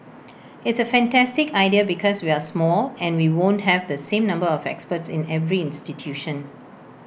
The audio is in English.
it's A fantastic idea because we're small and we won't have the same number of experts in every institution